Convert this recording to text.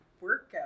workout